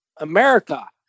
America